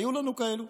היו לנו כאלו.